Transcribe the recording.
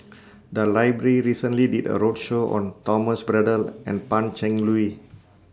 The Library recently did A roadshow on Thomas Braddell and Pan Cheng Lui